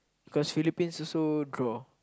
cause Philippines also draw